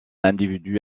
individu